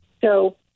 So-